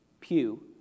pew